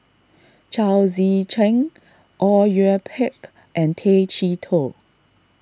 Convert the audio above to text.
Chao Tzee Cheng Au Yue Pak and Tay Chee Toh